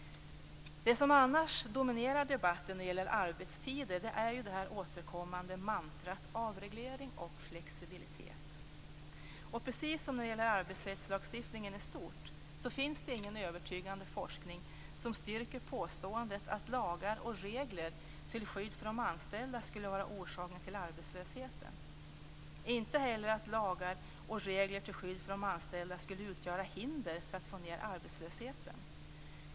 Det som annars dominerar debatten när det gäller arbetstider är det återkommande mantrat avreglering och flexibilitet. Och precis som när det gäller arbetsrättslagstiftningen i stort finns det ingen övertygande forskning som styrker påståendet att lagar och regler till skydd för de anställda skulle vara orsaken till arbetslösheten och inte heller att sådana lagar skulle utgöra hinder för att få ned arbetslösheten.